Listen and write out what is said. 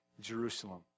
Jerusalem